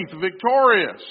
victorious